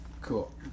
Cool